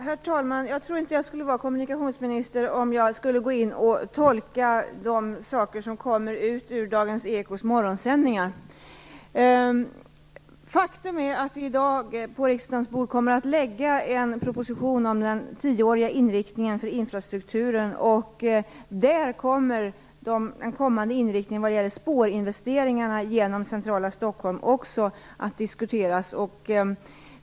Herr talman! Jag tror inte att jag skulle vara kommunikationsminister om jag skulle gå in och tolka de saker som kommer ur Dagens Ekos morgonsändningar. Faktum är att vi i dag på riksdagens bord kommer att lägga en proposition om den tioåriga inriktningen för infrastrukturen, och där kommer den kommande inriktningen vad gäller investeringar i spår genom centrala Stockholm också att diskuteras.